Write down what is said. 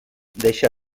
deixa